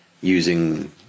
using